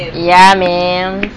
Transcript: ya man